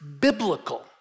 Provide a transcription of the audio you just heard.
biblical